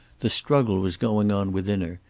the struggle was going on within her,